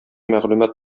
мәгълүмат